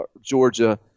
Georgia